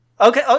Okay